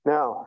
Now